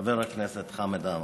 חבר הכנסת חמד עמאר,